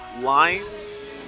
lines